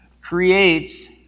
creates